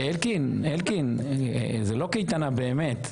אלקין, זו לא קייטנה באמת.